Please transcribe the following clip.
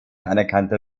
anerkannter